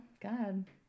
God